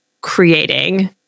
creating